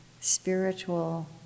spiritual